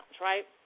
right